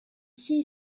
she